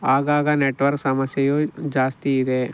ಆಗಾಗ ನೆಟ್ವರ್ಕ್ ಸಮಸ್ಯೆಯೂ ಜಾಸ್ತಿಯಿದೆ